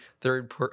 third